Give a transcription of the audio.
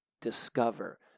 discover